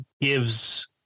gives